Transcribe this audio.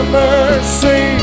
mercy